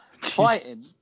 fighting